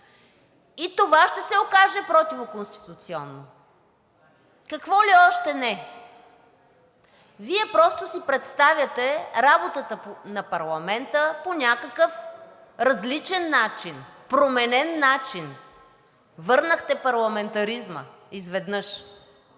и това ще се окаже противоконституционно. Какво ли още не! Вие просто си представяте работата на парламента по някакъв различен начин, променен начин, върнахте парламентаризма изведнъж.